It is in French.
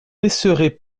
laisserez